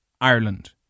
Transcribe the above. Ireland